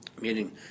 Meaning